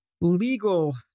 legal